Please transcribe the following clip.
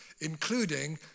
including